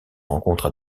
rencontres